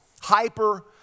hyper